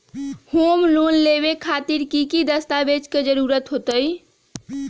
Home loan लेबे खातिर की की दस्तावेज के जरूरत होतई?